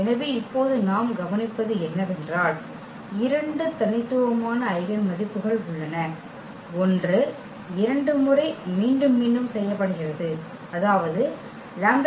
எனவே இப்போது நாம் கவனிப்பது என்னவென்றால் இரண்டு தனித்துவமான ஐகென் மதிப்புகள் உள்ளன ஒன்று 2 முறை மீண்டும் மீண்டும் செய்யப்படுகிறது அதாவது λ 2 2 8